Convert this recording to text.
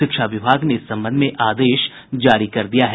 शिक्षा विभाग ने इस संबंध में आदेश जारी कर दिया है